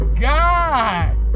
god